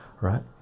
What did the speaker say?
right